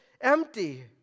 empty